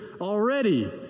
already